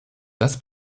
das